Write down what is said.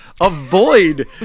avoid